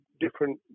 different